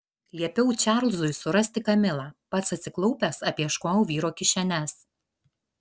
liepiau čarlzui surasti kamilą pats atsiklaupęs apieškojau vyro kišenes